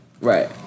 Right